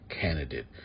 candidate